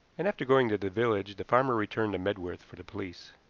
and after going to the village the farmer returned to medworth for the police.